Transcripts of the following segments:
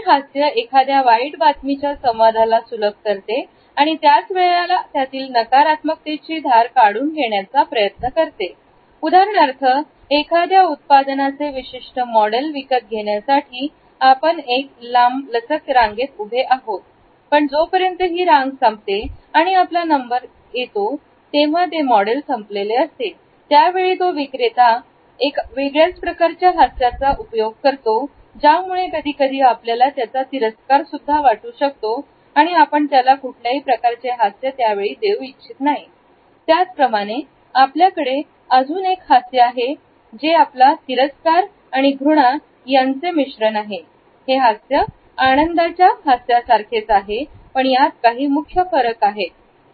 हे हास्य एखाद्या वाईट बातमीच्या संवादाला सुलभ करते आणि त्याच वेळेला त्यातील नकारात्मक तेची धार काढून घेण्याचा प्रयत्न करते उदाहरणार्थ एखाद्या उत्पादनाचे विशिष्ट मॉडेल विकत घेण्यासाठी आपण एका लांबलचक रांगेत उभे आहोत पण जोपर्यंत ही रांग संपते आणि आपला नंबर लागतो तेव्हा ते मॉडेल संपलेले असते त्यावेळी तो विक्रेता अशा प्रकारच्या हास्याचा उपयोग करतो ज्यामुळे कधीकधी आपल्याला त्याचा तिरस्कार सुद्धा वाटू शकतो आणि आपण त्याला कुठल्याही प्रकारचे हास्य देऊ इच्छित नाही त्याचप्रमाणे आपल्याकडे अजून एक हास्य आहे जे आपला तिरस्कार आणि घृणा यांचे मिश्रण आहे हे हास्य आनंदाच्या खास या सारखेच आहे पण यात काही मुख्य फरक आहे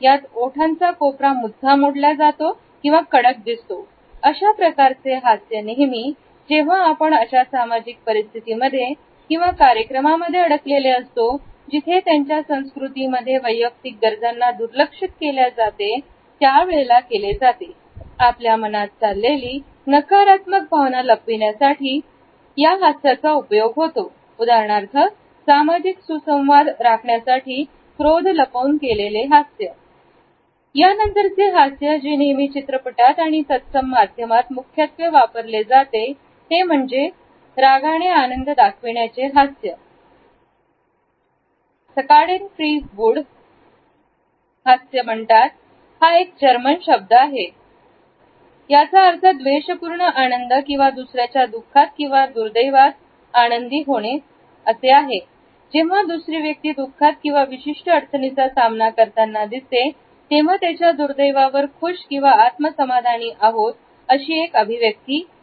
यात ओठांचा कोपरा मुद्दाम ओढल्या जातो किंवा क डक दिसतो अशा प्रकारचे हास्य नेहमी जेव्हा आपण अशा सामाजिक परिस्थितीमध्ये किंवा कार्यक्रमांमध्ये अडकलेले असतो जिथे त्यांच्या संस्कृतीमध्ये वैयक्तिक गरजांना दुर्लक्षित केले जाते त्यावेळेला केले जाते आपल्या मनात चाललेली नकारात्मक भावना लपविण्यासाठी या शास्त्राचा उपयोग होतो उदाहरणार्थ सामाजिक सुसंवाद राखण्यासाठी क्रोध लपवून केलेले हास्य यानंतरचे हास्य जे नेहमी चित्रपटात आणि तत्सम माध्यमात मुख्यत वापरले जाते ते म्हणजे रागणे आनंद दाखविण्याचे हास्य सकाढेन फ्री वूड हास्य म्हणतात हा एक जर्मन शब्द आहे याचा अर्थ द्वेषपूर्ण आनंद किंवा दुसऱ्याच्या दुःखात किंवा दुर्दैव आवर आनंदी होणे म्हणतात जेव्हा दुसरी व्यक्ती दुःखात किंवा विशिष्ट अडचणी चा सामना करताना दिसते तेव्हा त्याच्या दुर्दैवा वर खुश किंवा आत्म समाधानी आहोत अशी ही एक अभिव्यक्ती आहे